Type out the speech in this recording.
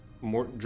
more